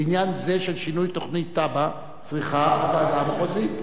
בעניין זה, של שינוי תב"ע, צריכה הוועדה המחוזית,